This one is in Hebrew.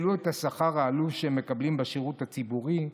העלו את השכר העלוב שהם מקבלים בשירות הציבורי?